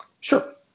Sure